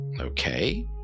Okay